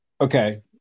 Okay